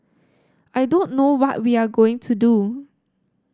I don't know what we are going to do